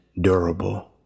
durable